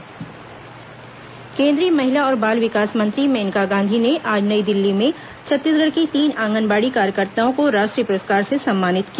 आंगनबाड़ी कार्यकर्ता पुरस्कार केंद्रीय महिला और बाल विकास मंत्री मेनका गांधी ने आज नई दिल्ली में छत्तीसगढ़ की तीन आंगनबाड़ी कार्यकर्ताओं को राष्ट्रीय पुरस्कार से सम्मानित किया